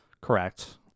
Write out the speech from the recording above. Correct